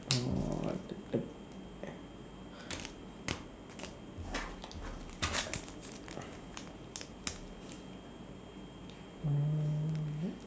uh